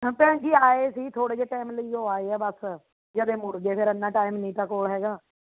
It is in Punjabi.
ਹਾਂ ਭੈਣ ਜੀ ਆਏ ਸੀ ਥੋੜ੍ਹੇ ਜਿਹੇ ਟਾਈਮ ਲਈ ਉਹ ਆਏ ਬਸ ਜਦੇ ਮੁੜ ਗਏ ਫਿਰ ਇੰਨਾਂ ਟਾਈਮ ਨਹੀਂ ਤਾ ਕੋਲ ਹੈਗਾ